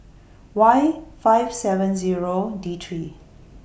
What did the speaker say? Y five seven Zero D three